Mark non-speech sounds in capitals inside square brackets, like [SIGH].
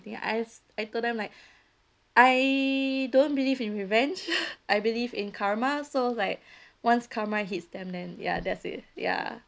I I told them like I don't believe in revenge [LAUGHS] I believe in karma so like once karma hits them then ya that's it ya